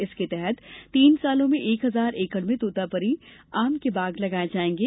इसके तहत तीन सालों में एक हजार एकड़ में तोतापरी आम के बाग लगाये जायेंगे